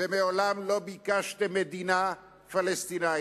ומעולם לא ביקשתם מדינה פלסטינית.